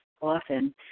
often